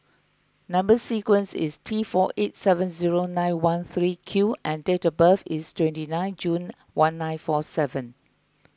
Number Sequence is T four eight seven zero nine one three Q and date of birth is twenty nine June one nine four seven